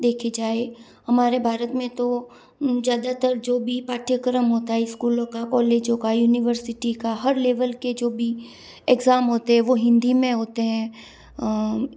देखी जाय हमारे भारत में तो ज़्यादातर जो भी पाठ्यक्रम होता है स्कूलों का कॉलेजों का यूनिवर्सिटी का हर लेवल के जो भी एग्जाम होते हैं वह हिंदी में होते हैं